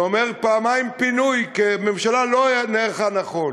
זה אומר פעמיים פינוי, כי הממשלה לא נערכה נכון.